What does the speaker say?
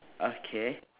okay